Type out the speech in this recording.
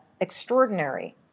extraordinary